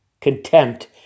contempt